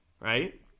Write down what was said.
right